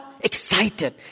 excited